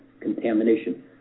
contamination